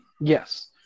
Yes